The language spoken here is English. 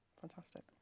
Fantastic